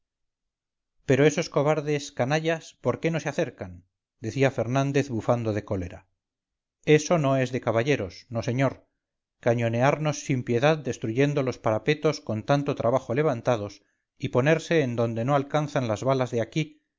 pero esos cobardes canallas por qué no se acercan decía fernández bufando de cólera eso no es de caballeros no señor cañonearnos sin piedad destruyendo los parapetos con tanto trabajo levantados y ponerse en donde no alcanzan las balas de aquí